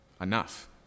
Enough